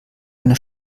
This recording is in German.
eine